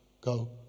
Go